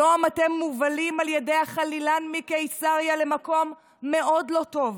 היום אתם מובלים על ידי החלילן מקיסריה למקום מאוד לא טוב,